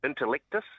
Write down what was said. Intellectus